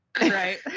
Right